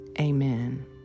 Amen